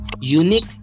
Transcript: unique